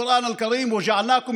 כפי שכתוב בקוראן הנכבד: "וחילקנו אתכם